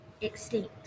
extinct